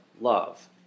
love